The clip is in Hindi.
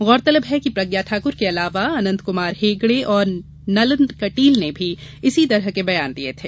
गौरतलब है कि प्रज्ञा ठाकुर के अलावा अनंत कुमार हेगड़े और नलिन कटील ने भी इसी तरह के बयान दिये थे